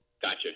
Gotcha